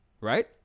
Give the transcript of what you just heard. right